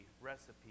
recipe